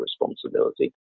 responsibility